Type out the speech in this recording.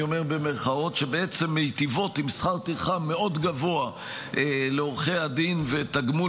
שבעצם מיטיבות עם שכר טרחה גבוה מאוד לעורכי הדין ותגמול